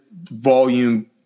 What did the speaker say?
volume